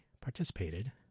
participated